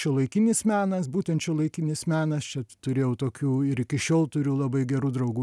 šiuolaikinis menas būtent šiuolaikinis menas čia turėjau tokių ir iki šiol turiu labai gerų draugų